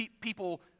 People